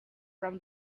from